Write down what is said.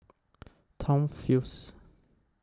Tom Phillips